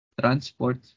transport